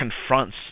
confronts